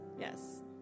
yes